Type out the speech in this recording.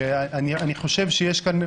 אני חושב שיש כאן,